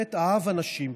באמת אהב אנשים,